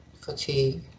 fatigue